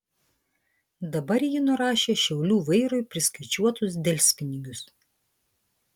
dabar ji nurašė šiaulių vairui priskaičiuotus delspinigius